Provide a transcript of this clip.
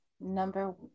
number